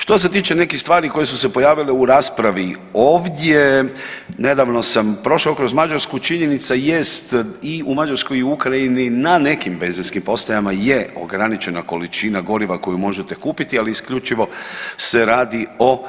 Što se tiče nekih stvari koje su se pojavile u raspravi ovdje, nedavno sam prošao kroz Mađarsku, činjenica jest i u Mađarskoj i u Ukrajini na nekim benzinskim postajama je ograničena količina goriva koju možete kupiti, ali isključivo se radi o